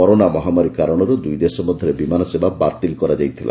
corona ମହାମାରୀ କାରଣରୁ ଦୁଇ ଦେଶ ମଧ୍ୟରେ ବିମାନ ସେବା ବାତିଲ୍ କରାଯାଇଥିଲା